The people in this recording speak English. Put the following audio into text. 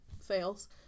fails